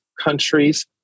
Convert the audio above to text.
countries